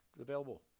available